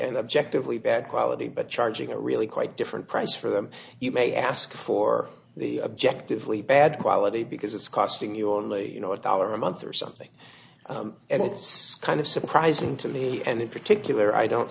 and objectively bad quality but charging a really quite different price for them you may ask for the objective li bad quality because it's costing you only you know a dollar a month or something and it's kind of surprising to me and in particular i don't